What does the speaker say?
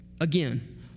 Again